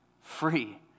free